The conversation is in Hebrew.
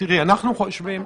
בתוספת,